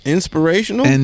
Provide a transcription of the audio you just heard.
Inspirational